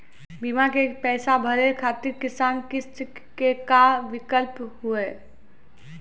बीमा के पैसा भरे खातिर आसान किस्त के का विकल्प हुई?